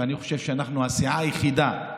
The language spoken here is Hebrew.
ואני חושב שאנחנו הסיעה היחידה,